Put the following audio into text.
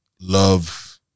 love